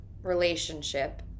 relationship